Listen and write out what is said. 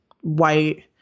white